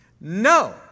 No